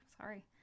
sorry